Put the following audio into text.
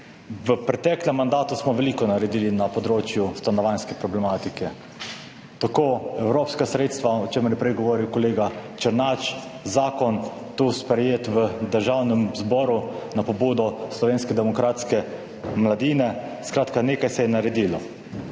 v preteklem mandatu smo veliko naredili na področju stanovanjske problematike, tako evropska sredstva, o čemer je prej govoril kolega Černač, zakon tu sprejet v Državnem zboru na pobudo Slovenske demokratske mladine, skratka, nekaj se je naredilo.